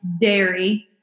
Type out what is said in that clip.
dairy